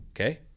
okay